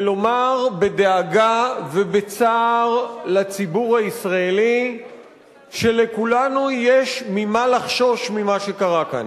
ולומר בדאגה ובצער לציבור הישראלי שלכולנו יש מה לחשוש ממה שקרה כאן.